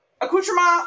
accoutrement